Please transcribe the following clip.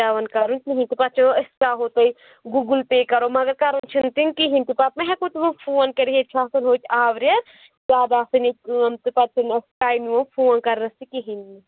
پٮ۪وان کَرُن کِہیٖنٛۍ تہِ پَتہٕ چھِ أسۍ ترٛاوہو تۄہہِ گوٗگل پےٚ کَرو مگر کَران چھِ نہٕ تِم کِہیٖنٛۍ تہِ پَتہٕ ما ہیٚکو تِمَن فون کٔرِتھ ییٚتہِ چھُ آسان ہوٚتہِ آورٮ۪ر زیاد آسان ییٚتہِ کٲم تہٕ پَتہٕ چھُ نہٕ اَسہِ ٹایم یِوان فون کَرنَس تہِ کِہیٖنٛۍ نہٕ